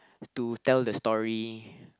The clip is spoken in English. to tell the story